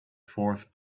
fourth